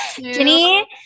Jenny